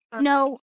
no